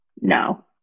No